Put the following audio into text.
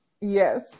Yes